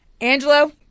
Angelo